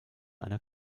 einer